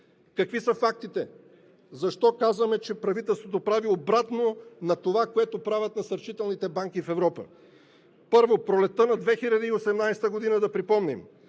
Какви са фактите? Защо казваме, че правителството прави обратно на това, което правят насърчителните банки в Европа? Първо, пролетта на 2018 г., да припомним